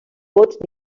vots